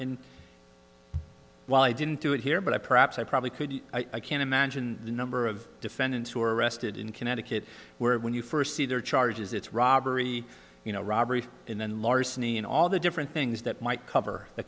and well i didn't do it here but i perhaps i probably could i can imagine the number of defendants who are arrested in connecticut where when you first see their charges it's robbery you know robbery in an larceny and all the different things that might cover the